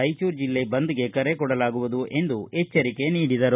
ರಾಯಚೂರು ಜಿಲ್ಲೆ ಬಂದ್ಗೆ ಕರೆ ಕೊಡಲಾಗುವುದು ಎಂದು ಎಚ್ಚರಿಕೆ ನೀಡಿದರು